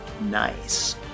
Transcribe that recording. Nice